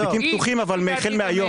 אבל החל מהיום.